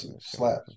slap